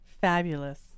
Fabulous